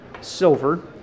silver